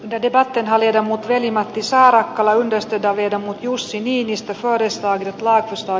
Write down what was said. de debatin haljeta veli matti saarakkala yhdistetään vedonnut jussi niistä kahdesta lapsesta